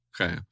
Okay